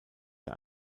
der